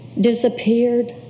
disappeared